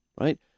right